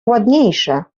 ładniejsze